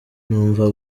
numva